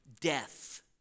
death